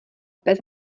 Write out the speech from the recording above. pes